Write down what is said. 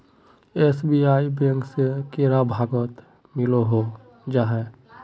SBI bank से कैडा भागोत मिलोहो जाहा?